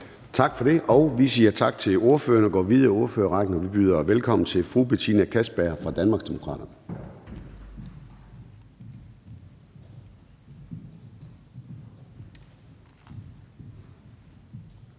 Tak for det. Vi siger tak til ordføreren og går videre i ordførerrækken. Jeg byder velkommen til fru Betina Kastbjerg fra Danmarksdemokraterne.